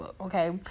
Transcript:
okay